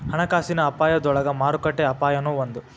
ಹಣಕಾಸಿನ ಅಪಾಯದೊಳಗ ಮಾರುಕಟ್ಟೆ ಅಪಾಯನೂ ಒಂದ್